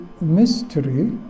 mystery